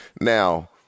Now –